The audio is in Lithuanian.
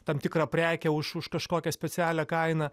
tam tikrą prekę už už kažkokią specialią kainą